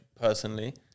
personally